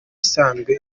isanzwe